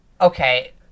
Okay